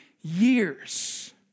years